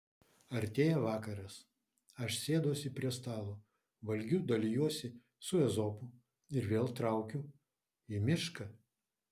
artėja vakaras aš sėduosi prie stalo valgiu dalijuosi su ezopu ir vėl traukiu į mišką